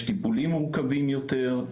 יש טיפולים מורכבים יותר,